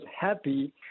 happy